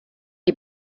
die